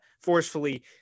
forcefully